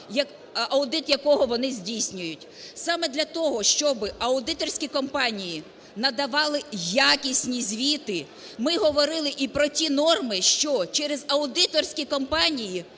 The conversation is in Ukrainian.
аудит якого вони здійснюють. Саме для того, щоби аудиторські компанії надавали якісні звіти, ми говорили і про ті норми, що через аудиторські компанії